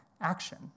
action